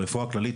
ברפואה הכללית